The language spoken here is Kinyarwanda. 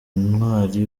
ntwari